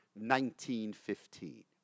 1915